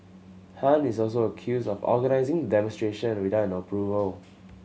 Han is also accused of organising demonstration without an approval